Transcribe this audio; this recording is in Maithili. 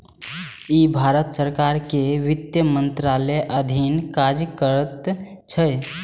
ई भारत सरकार के वित्त मंत्रालयक अधीन काज करैत छै